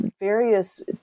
various